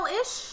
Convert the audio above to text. ish